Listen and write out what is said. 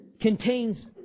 contains